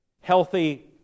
healthy